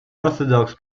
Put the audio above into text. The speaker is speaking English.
orthodox